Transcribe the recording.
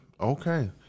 Okay